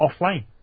offline